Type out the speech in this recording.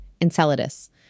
Enceladus